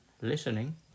listening